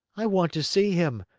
i want to see him.